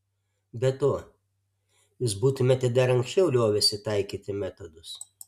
be to jūs būtumėte dar anksčiau liovęsi taikyti metodus